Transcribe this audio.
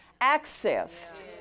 accessed